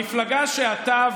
המפלגה שאתה,